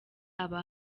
aba